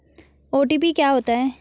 OTP क्या होता है?